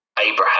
Abraham